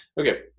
Okay